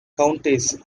counties